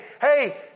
Hey